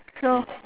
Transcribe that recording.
no